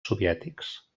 soviètics